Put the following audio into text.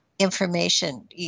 Information